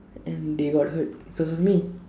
and they got hurt because of me